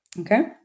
okay